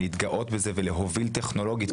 להתגאות בזה ולהוביל טכנולוגית,